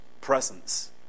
presence